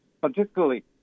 particularly